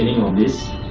on this,